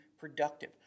productive